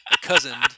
cousin